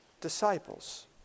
disciples